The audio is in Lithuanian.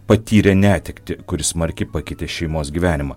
patyrė netektį kuri smarkiai pakeitė šeimos gyvenimą